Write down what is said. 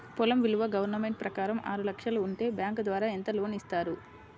పొలం విలువ గవర్నమెంట్ ప్రకారం ఆరు లక్షలు ఉంటే బ్యాంకు ద్వారా ఎంత లోన్ ఇస్తారు?